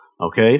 okay